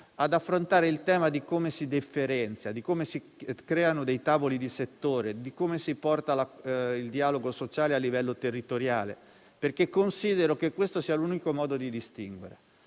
parti sociali - di come si differenzia, di come si creano dei tavoli di settore, di come si porta il dialogo sociale a livello territoriale, perché considero che questo sia l'unico modo di distinguere.